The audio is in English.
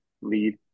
lead